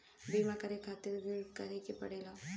बीमा करे खातिर का करे के पड़ेला?